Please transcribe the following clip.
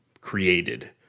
created